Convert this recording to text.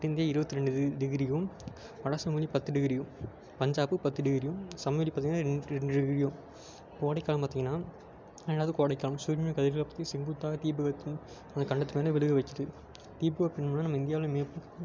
தென் India இருபத்ரெண்டு து டிகிரியும் வட சமவெளி பத்து டிகிரியும் பஞ்சாப்பு பத்து டிகிரியும் சமவெளி பார்த்தீங்கன்னா ரெண் ரெண்டு டிகிரியும் கோடைக்காலம் பார்த்தீங்கன்னா ரெண்டாவது கோடைக்காலம் சூரியனை கதிர்கள் பற்றி செங்குத்தாக தீபகற்பத்தி அந்த கண்டத்து மேல் விழுக வைக்கிது தீபு அப்படினம்னா நம்ம இந்தியாவில்